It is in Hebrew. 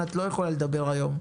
את לא יכולה לדבר היום,